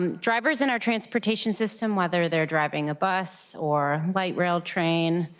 and drivers in our transportation system whether they are driving a bus or light rail train,